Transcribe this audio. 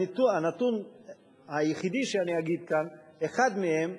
והנתון היחידי שאני אגיד כאן אחד מהם,